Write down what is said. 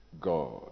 God